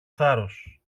θάρρος